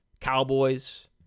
Cowboys